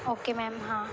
okay ma'am हां